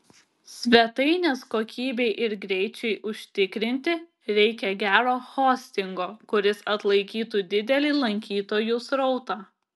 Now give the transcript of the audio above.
svetainės kokybei ir greičiui užtikrinti reikia gero hostingo kuris atlaikytų didelį lankytojų srautą